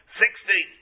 sixty